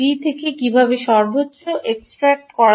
থেকে কীভাবে সর্বোচ্চ এক্সট্রাক্ট করা যায়